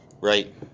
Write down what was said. Right